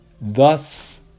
Thus